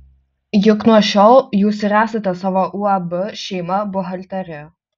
juk nuo šiol jūs ir esate savo uab šeima buhalterė